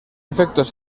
efectos